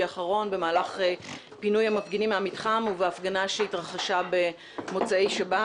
האחרון במהלך פינוי המפגינים מהמתחם ובהפגנה שהתרחשה במוצאי שבת.